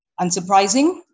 Unsurprising